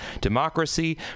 democracy